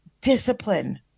discipline